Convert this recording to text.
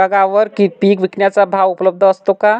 विभागवार पीक विकण्याचा भाव उपलब्ध असतो का?